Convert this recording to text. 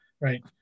right